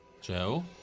Joe